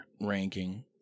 ranking